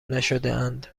نشدهاند